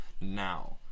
now